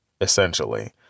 essentially